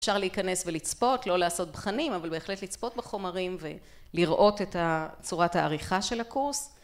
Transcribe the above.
אפשר להיכנס ולצפות לא לעשות תכנים אבל בהחלט לצפות בחומרים ולראות את צורת העריכה של הקורס